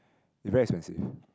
it very expensive